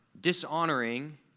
Dishonoring